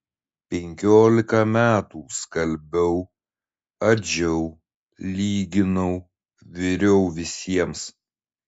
penkiolika metų skalbiau adžiau lyginau viriau visiems